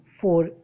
four